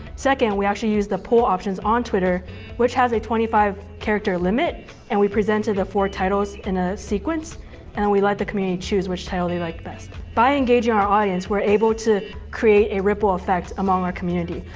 second, we actually use the poll options on twitter which have a twenty five character limit and we presented the four titles in a sequence and then we let the community choose which title they like best. by engaging our audience, we're able to create a ripple effect among our community.